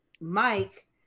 Mike